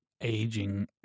aging